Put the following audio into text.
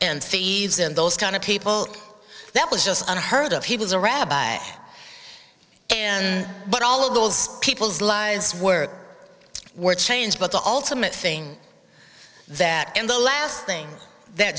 feeds and those kind of people that was just unheard of he was a rabbi but all of those people's lives work were changed but the ultimate thing that and the last thing that